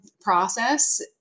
process